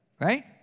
Right